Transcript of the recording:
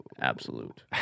Absolute